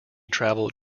travelled